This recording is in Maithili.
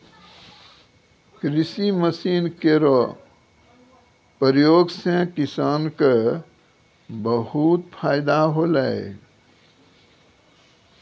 कृषि मसीन केरो प्रयोग सें किसान क बहुत फैदा होलै